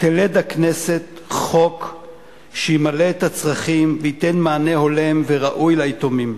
תלד הכנסת חוק שימלא את הצרכים וייתן מענה הולם וראוי ליתומים.